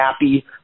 happy